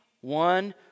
one